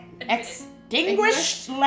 Extinguished